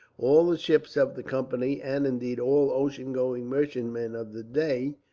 all the ships of the company, and, indeed, all ocean-going merchantmen of the day,